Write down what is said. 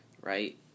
right